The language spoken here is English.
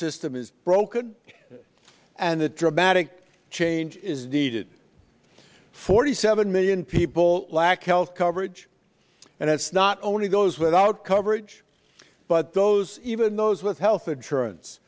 system is broken and the dramatic change is needed forty seven million people lack health coverage and it's not only those without coverage but those even those with health insurance